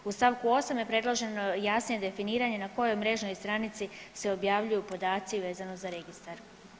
U st. 8. je predloženo jasnije definiranje na kojoj mrežnoj stranici se objavljuju podaci vezano za registar.